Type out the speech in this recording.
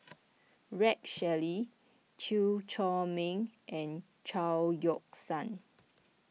Rex Shelley Chew Chor Meng and Chao Yoke San